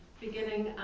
beginning